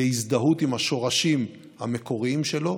להזדהות עם השורשים המקוריים שלו,